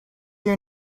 your